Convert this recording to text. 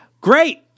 Great